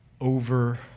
over